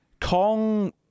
Kong